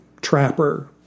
Trapper